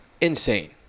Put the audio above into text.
Insane